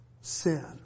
sin